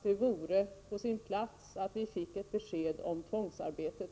Det vore på sin plats att vi dessförinnan fick besked om tvångsarbetet.